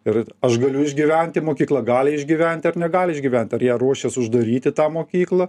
ir aš galiu išgyventi mokykla gali išgyventi ar negali išgyventi ar ją ruošiasi uždaryti tą mokyklą